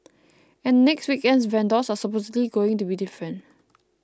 and the next weekend's vendors are supposedly going to be different